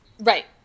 right